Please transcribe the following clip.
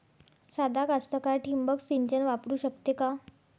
सादा कास्तकार ठिंबक सिंचन वापरू शकते का?